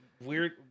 weird